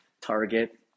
Target